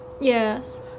Yes